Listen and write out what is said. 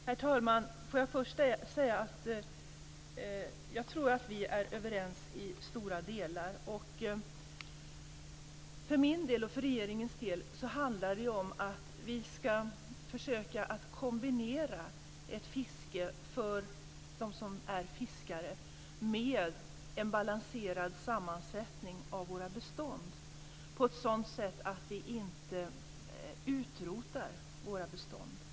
Herr talman! Låt mig först säga att jag tror att vi i stora delar är överens. För min och för regeringens del handlar det om att försöka kombinera ett fiske för dem som är fiskare med en balanserad sammansättning av våra bestånd på ett sådant vis att bestånden inte utrotas.